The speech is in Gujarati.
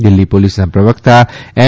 દિલ્લી પોલીસના પ્રવક્તા એમ